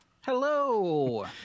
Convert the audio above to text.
Hello